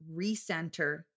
recenter